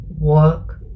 work